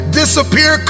disappear